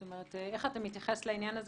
זאת אומרת: איך אתה מתייחס לעניין הזה